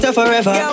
forever